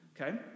okay